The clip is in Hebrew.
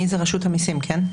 אני זה רשות המיסים, כן?